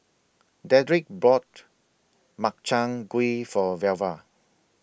Dedrick bought Makchang Gui For Velva